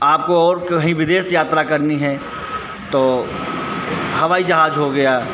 आपको और कहीं विदेश यात्रा करनी है तो हवाई जहाज हो गया